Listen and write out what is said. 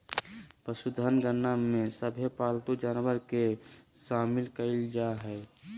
पशुधन गणना में सभे पालतू जानवर के शामिल कईल जा हइ